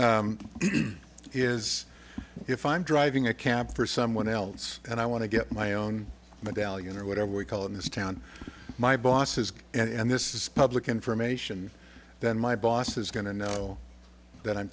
is if i'm driving a cab for someone else and i want to get my own medallion or whatever we call in this town my bosses and this is public information then my boss is going to know that i'm